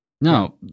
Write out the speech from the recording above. No